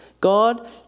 God